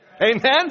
Amen